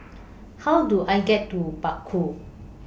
How Do I get to Bakau